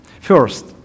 First